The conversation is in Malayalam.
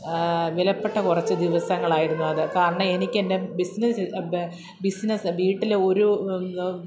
വിലപ്പെട്ട കുറച്ച് ദിവസങ്ങളായിരുന്നു അത് കാരണം എനിക്കെൻ്റെ ബിസിനസ്സ് ബിസിനസ്സ് വീട്ടിലെ ഒരു